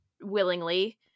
willingly